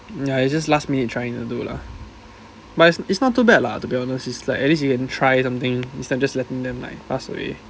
ya it's just last minute trying to do lah but it's it's not too bad lah to be honest is like at least you can try something instead of just letting them like pass away